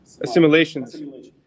assimilations